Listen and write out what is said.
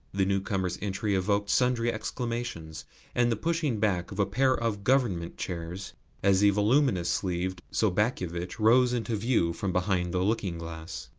the newcomers' entry evoked sundry exclamations and the pushing back of a pair of government chairs as the voluminous-sleeved sobakevitch rose into view from behind the looking-glass.